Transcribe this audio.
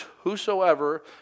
whosoever